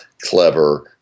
clever